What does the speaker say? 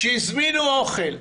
שהזמינו אוכל,